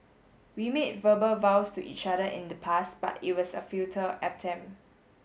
we made verbal vows to each other in the past but it was a futile